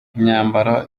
imyambaro